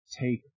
take